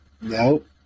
Nope